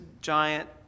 giant